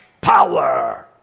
power